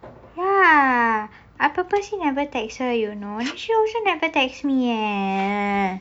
ya I purposely never text her you know she also never text me eh